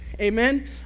Amen